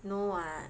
no [what]